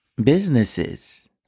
businesses